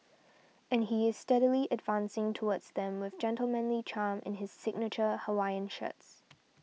and he is steadily advancing towards them with gentlemanly charm in his signature Hawaiian shirts